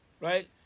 right